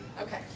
okay